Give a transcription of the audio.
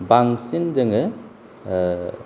बांसिन जोङो